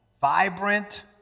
vibrant